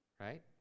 right